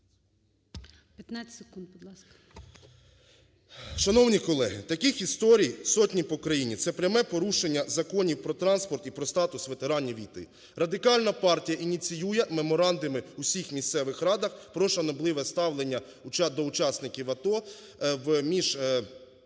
Шановні колеги, таких історій сотні по країні, це пряме порушення законів про транспорт і про статус ветеранів війни. Радикальна партія ініціює меморандуми в усіх місцевих радах про шанобливе ставлення до учасників АТО між